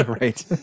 Right